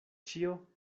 ĉio